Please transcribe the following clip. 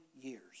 years